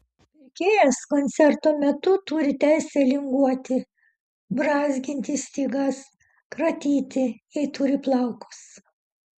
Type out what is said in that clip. pirkėjas koncerto metu turi teisę linguoti brązginti stygas kratyti jei turi plaukus